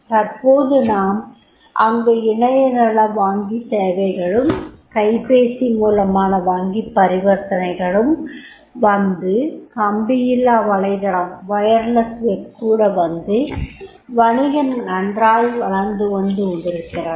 தற்போது நாம் அங்கு இணையதள வங்கி சேவைகளும் கைபேசி மூலமான வங்கிப் பரிவர்த்தனைகளும் வந்து கம்பியில்லா வலைதளம் கூட வந்து வணிகம் நன்றாய் வளர்ந்து வந்துகொண்டிருக்கிறது